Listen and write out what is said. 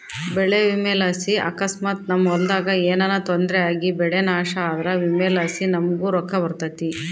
ಬೆಳೆ ವಿಮೆಲಾಸಿ ಅಕಸ್ಮಾತ್ ನಮ್ ಹೊಲದಾಗ ಏನನ ತೊಂದ್ರೆ ಆಗಿಬೆಳೆ ನಾಶ ಆದ್ರ ವಿಮೆಲಾಸಿ ನಮುಗ್ ರೊಕ್ಕ ಬರ್ತತೆ